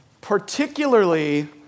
particularly